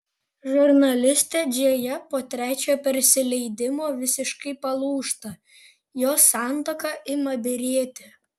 žurnalistė džėja po trečio persileidimo visiškai palūžta jos santuoka ima byrėti